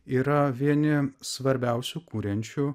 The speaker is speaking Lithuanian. yra vieni svarbiausių kuriančių